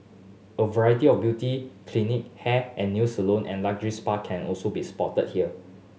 a variety of beauty clinic hair and new salon and luxury spa can also be spotted here